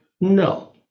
No